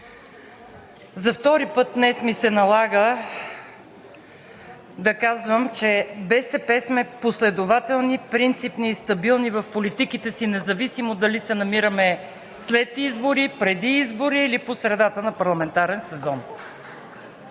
За втори път днес ми се налага да казвам, че от БСП сме последователни, принципни и стабилни в политиките си, независимо дали се намираме след избори, преди избори или по средата на парламентарен сезон.